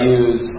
use